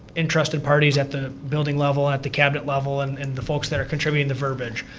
interested parties at the building level, at the cabinet level, and and the folks that are contributing the verbiage.